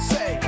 Say